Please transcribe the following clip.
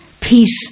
peace